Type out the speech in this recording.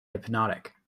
hypnotic